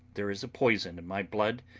there is a poison in my blood,